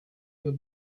were